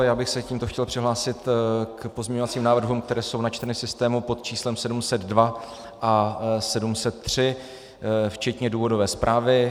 Já bych se tímto chtěl přihlásit k pozměňovacím návrhům, které jsou načteny v systému pod číslem 702 a 703 včetně důvodové zprávy.